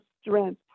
strength